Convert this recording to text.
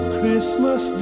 Christmas